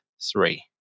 three